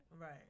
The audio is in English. right